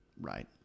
Right